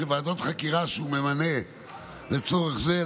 חקירה שהוא ממנה לצורך זה,